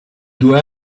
due